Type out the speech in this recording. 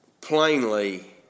plainly